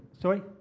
sorry